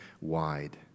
wide